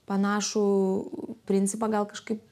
panašų principą gal kažkaip